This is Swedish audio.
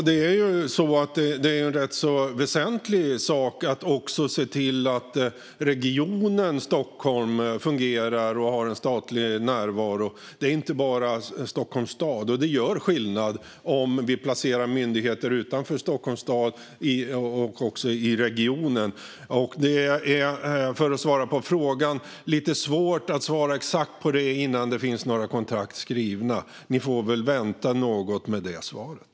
Fru talman! Det är en rätt väsentlig sak att också se till att regionen Stockholm fungerar och har en statlig närvaro. Det är inte bara fråga om Stockholms stad. Det gör skillnad om vi placerar myndigheter utanför Stockholms stad i regionen. Det är lite svårt att svara exakt på frågan innan det finns några kontrakt skrivna. Ni får väl vänta något på svaret.